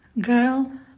girl